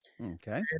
Okay